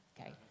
Okay